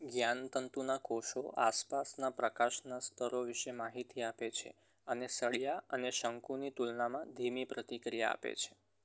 જ્ઞાનતંતુના કોષો આસપાસના પ્રકાશના સ્તરો વિશે માહિતી આપે છે અને સળિયા અને શંકુની તુલનામાં ધીમી પ્રતિક્રિયા આપે છે